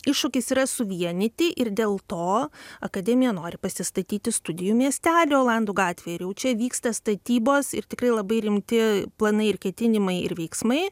iššūkis yra suvienyti ir dėl to akademija nori pasistatyti studijų miestelį olandų gatvėj ir jau čia vyksta statybos ir tikrai labai rimti planai ir ketinimai ir veiksmai